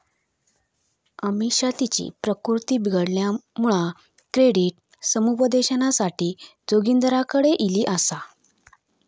अमिषा तिची प्रकृती बिघडल्यामुळा क्रेडिट समुपदेशनासाठी जोगिंदरकडे ईली आसा